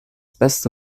beste